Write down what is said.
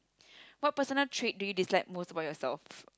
what personal trait do you dislike most about yourself